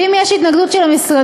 ואם יש התנגדות של המשרדים,